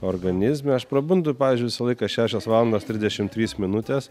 organizme aš prabundu pavyzdžiui visą laiką šešios valandos trisdešim trys minutės